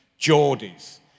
Geordies